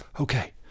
Okay